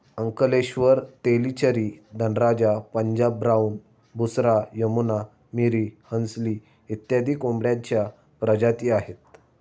Ankleshwar, Tellicherry, Dhanraja, Punjab brown, Busra, Yamuna, Miri, Hansli इत्यादी कोंबड्यांच्या प्रजाती आहेत